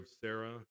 Sarah